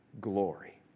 glory